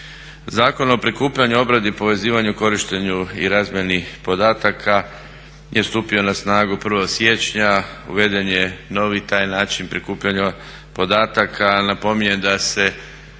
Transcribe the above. Zakon o prikupljanju, obradi, povezivanju, korištenju i razmjeni podataka je stupio na snagu 1. siječnja. Uveden je novi taj način prikupljanja podataka. Napominjem da se